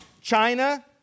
China